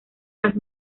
las